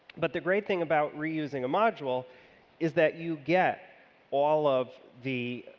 but the great thing about reusing a module is that you get all of the